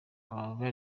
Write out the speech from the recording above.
baba